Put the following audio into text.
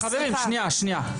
לא, אבל חברים, שנייה, שנייה.